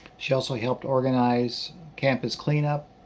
she also helped organize campus cleanup,